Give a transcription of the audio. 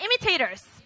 imitators